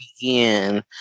begin